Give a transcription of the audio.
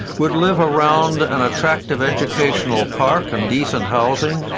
would live around an attractive educational park and decent housing.